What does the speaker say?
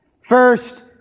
First